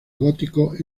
góticos